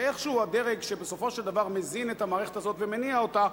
איכשהו הדרג שבסופו של דבר מזין את המערכת הזאת ומניע אותה,